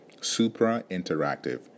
supra-interactive